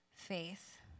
faith